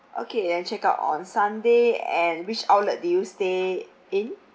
okay and check out on sunday and which outlet did you stay in